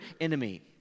enemy